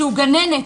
שהוא גננת.